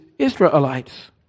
Israelites